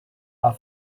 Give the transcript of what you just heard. are